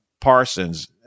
Parsons